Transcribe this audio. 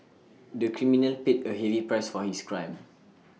the criminal paid A heavy price for his crime